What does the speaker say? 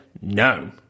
no